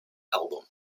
album